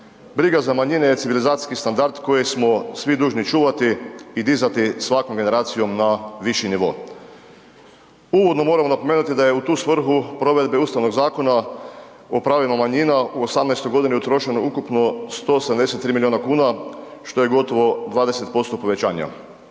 Briga za manjine je civilizacijski standard koji smo svi dužni čuvati i dizati svakom generacijom na viši nivo. Uvodno moram napomenuti da je u tu svrhu provedbe Ustavnog zakona o pravima manjina u 2018. G. utrošeno ukupno 173 milijuna kuna što je gotovo 20% povećanja.